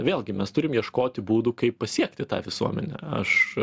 vėlgi mes turim ieškoti būdų kaip pasiekti tą visuomenę aš